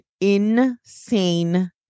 insane